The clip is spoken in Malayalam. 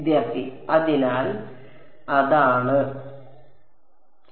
വിദ്യാർത്ഥി അതിനാൽ അതാണ് ഇതാണ്